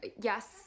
yes